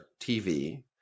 TV